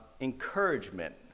encouragement